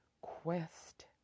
quest